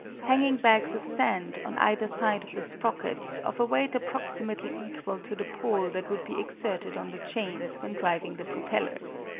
hanging bags of sand on either side of the sprocket of a weight approximately equal to the pull that would be exerted on the chains when driving the propellers.